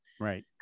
right